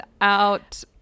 out